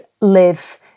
live